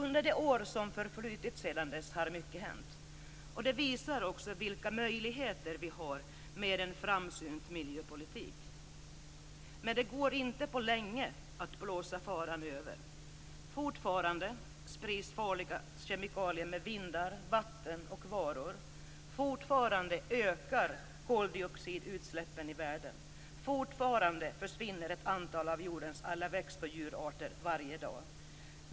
Under de år som förflutit sedan dess har mycket hänt. Det visar också vilka möjligheter vi har med en framsynt miljöpolitik. Men det går inte att blåsa faran över på länge än. Fortfarande sprids farliga kemikalier med vindar, vatten och varor. Fortfarande ökar koldioxidutsläppen i världen. Fortfarande försvinner ett antal av jordens alla växt och djurarter varje dag.